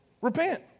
Repent